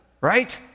right